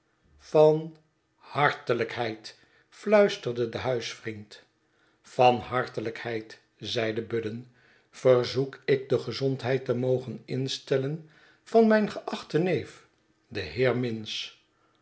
van hartelijkheid fluisterde de huisvriend van hartelijkheid zeide budden verzoek ik de gezondheid te mogen instellen van mijn geachten neef den